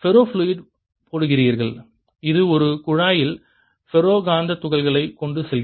ferrofluid போடுகிறீர்கள் இது ஒரு குழாயில் ஃபெரோ காந்தத் துகள்களைக் கொண்டு செல்கிறது